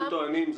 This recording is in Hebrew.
הם טוענים,